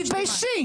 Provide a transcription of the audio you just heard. תתביישי.